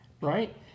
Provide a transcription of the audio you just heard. right